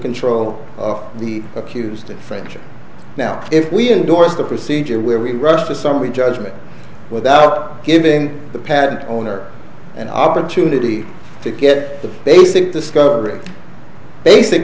control of the accused the french are now if we endorse the procedure where we rush to somebody's judgment without giving the patent owner an opportunity to get the basic discovery basic